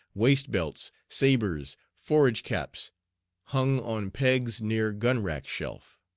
waist belts, sabres, forage caps hung on pegs near gun-rack shelf.